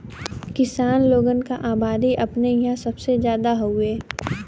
किसान लोगन क अबादी अपने इंहा सबसे जादा हउवे